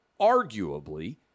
arguably